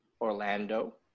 Orlando